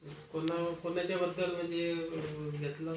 PNB खात्यात login करुन रोशनीने आपल्या खात्याची सारांश माहिती बघितली